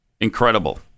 Incredible